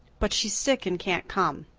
but she's sick and can't come.